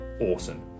awesome